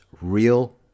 real